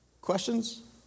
questions